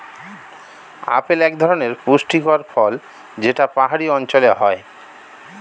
apple এক ধরনের পুষ্টিকর ফল যেটা পাহাড়ি অঞ্চলে হয়